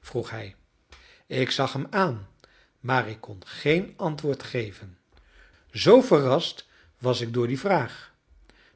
vroeg hij ik zag hem aan maar ik kon geen antwoord geven zoo verrast was ik door die vraag